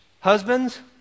husbands